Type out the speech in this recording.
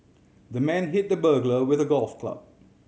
the man hit the burglar with a golf club